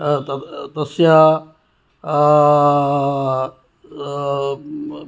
तस्य